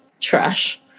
trash